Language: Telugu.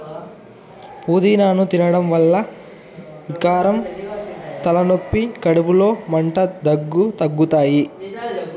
పూదినను తినడం వల్ల వికారం, తలనొప్పి, కడుపులో మంట, దగ్గు తగ్గుతాయి